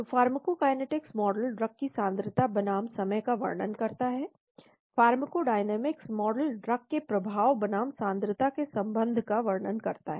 तो pharmacokinetics model drug की सान्द्रता बनाम समय का वर्णन करता है फार्माकोडायनामिक्स मॉडल ड्रग के प्रभाव बनाम सान्द्रता के संबंध का वर्णन करता है